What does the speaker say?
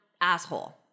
asshole